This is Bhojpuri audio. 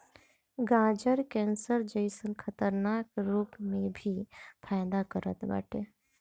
गाजर कैंसर जइसन खतरनाक रोग में भी फायदा करत बाटे